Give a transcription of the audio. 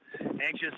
anxious